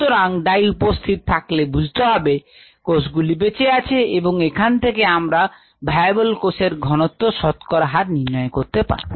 সুতরাং ডাই উপস্থিত থাকলে বুঝতে হবে কোষগুলি বেঁচে আছে এবং এখান থেকে আমরা ভায়াবল কোষের ঘনত্ব শতকরা হার নির্ণয় করতে পারব